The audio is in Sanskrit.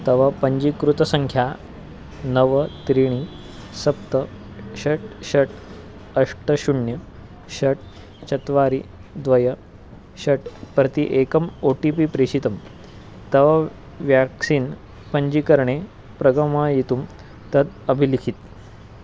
तव पञ्जीकृतसङ्ख्या नव त्रीणि सप्त षट् षट् अष्ट शून्यं षट् चत्वारि द्वे षट् प्रति एकम् ओ टि पि प्रेषितं तव व्याक्सीन् पञ्जीकरणे प्रगमायितुं तत् अभिलिख